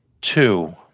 Two